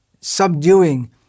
subduing